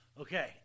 Okay